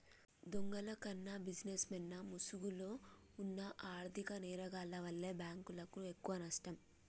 దొంగల కన్నా బిజినెస్ మెన్ల ముసుగులో వున్న ఆర్ధిక నేరగాల్ల వల్లే బ్యేంకులకు ఎక్కువనష్టం